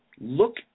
look